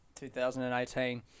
2018